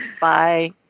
Bye